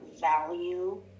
value